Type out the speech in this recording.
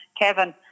Kevin